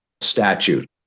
statute